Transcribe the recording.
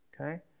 okay